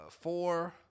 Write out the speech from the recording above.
four